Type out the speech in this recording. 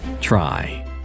Try